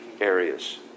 areas